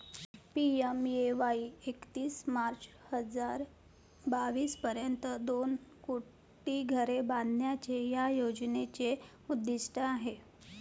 PMAY एकतीस March हजार बावीस पर्यंत दोन कोटी घरे बांधण्याचे या योजनेचे उद्दिष्ट आहे